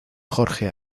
jorge